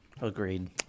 agreed